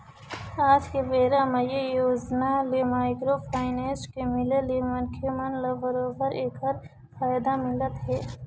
आज के बेरा म ये योजना ले माइक्रो फाइनेंस के मिले ले मनखे मन ल बरोबर ऐखर फायदा मिलत हे